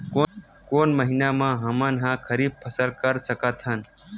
कोन महिना म हमन ह खरीफ फसल कर सकत हन?